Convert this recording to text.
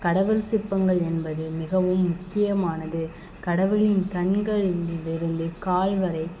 கடவுள் சிற்பங்கள் என்பது மிகவும் முக்கியமானது கடவுளின் கண்களிலிருந்து கால் வரை